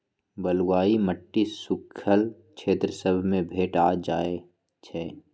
बलुआ माटी सुख्खल क्षेत्र सभ में भेंट जाइ छइ